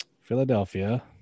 Philadelphia